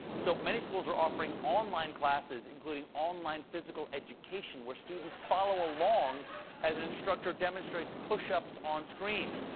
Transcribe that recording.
so many schools are offering online classes, including online physical education, where students follow along as an instructor demonstrates push-ups onscreen.